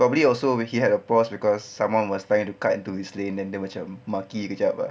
probably also he had a pause cause someone was trying to cut into his lane then dia macam maki sekejap ah